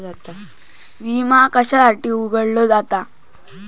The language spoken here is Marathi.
विमा कशासाठी उघडलो जाता?